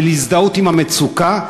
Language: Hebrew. של הזדהות עם המצוקה,